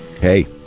Hey